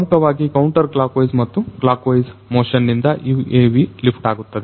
ಪ್ರಮುಖವಾಗಿ counterclockwise ಮತ್ತು clockwise motion ನಿಂದ UAV ಲಿಫ್ಟ್ ಆಗುತ್ತದೆ